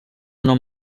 nom